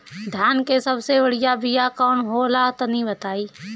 धान के सबसे बढ़िया बिया कौन हो ला तनि बाताई?